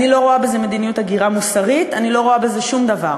אני לא רואה בזה מדיניות הגירה מוסרית ואני לא רואה בזה שום דבר.